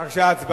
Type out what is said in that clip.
בבקשה, הצבעה.